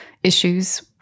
issues